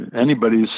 anybody's